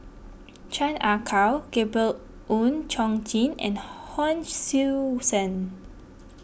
Chan Ah Kow Gabriel Oon Chong Jin and Hon Sui Sen